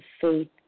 faith